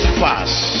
fast